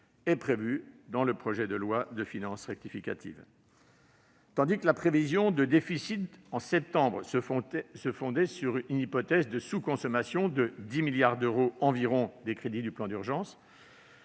est prévue dans ce projet de loi de finances rectificative. Alors que la prévision de déficit de septembre se fondait sur une hypothèse de sous-consommation de 10 milliards d'euros environ des crédits du plan d'urgence,